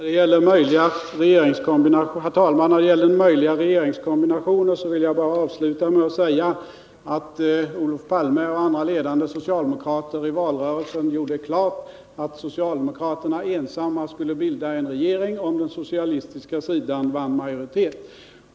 Herr talman! När det gäller möjliga regeringskombinationer vill jag bara avsluta med att säga att Olof Palme och andra ledande socialdemokrater i valrörelsen gjorde klart att socialdemokraterna ensamma skulle bilda regering, om den socialistiska sidan vann majoritet.